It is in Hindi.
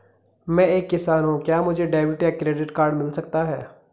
मैं एक किसान हूँ क्या मुझे डेबिट या क्रेडिट कार्ड मिल सकता है?